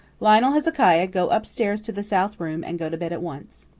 lionel hezekiah, go up-stairs to the south room, and go to bed at once.